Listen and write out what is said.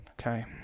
Okay